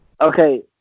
Okay